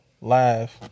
live